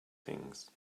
things